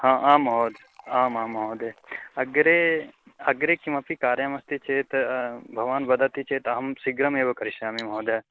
ह आम् महोदय आमाम् महोदय अग्रे अग्रे किमपि कार्यमस्ति चेत् भवान् वदति चेत् अहं शीघ्रमेव करिष्यामि महोदय